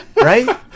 Right